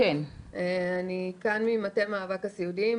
אני כאן ממטה מאבק הסיעודיים,